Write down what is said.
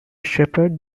shepard